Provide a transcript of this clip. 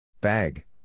Bag